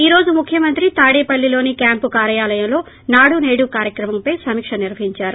ఈ రోజు ముఖ్యమంత్రి తాడేపల్లి లోని క్యాంపు కార్యాలయంలో నాడు సేడు కార్యక్రమంపై సమీక నిర్వహిందారు